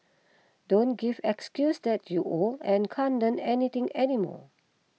don't give excuses that you're old and can't Learn Anything anymore